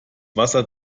wasser